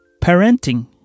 Parenting